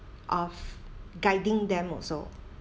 of guiding them also